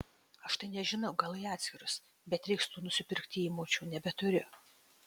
aš tai nežinau gal į atskirus bet reiks tų nusipirkti įmaučių nebeturiu